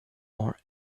more